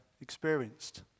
experienced